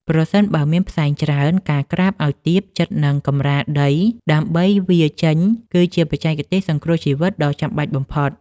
ប្រសិនបើមានផ្សែងច្រើន ការក្រាបឱ្យទាបជិតនឹងកម្រាលដីដើម្បីវារចេញ គឺជាបច្ចេកទេសសង្គ្រោះជីវិតដ៏ចាំបាច់បំផុត។